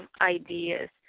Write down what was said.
ideas